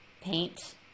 paint